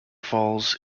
falls